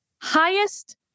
highest